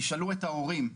תשאלו את ההורים,